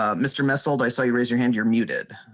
ah mister missile they say raise your hand your muted.